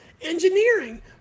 engineering